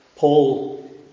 Paul